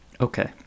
okay